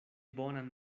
bonan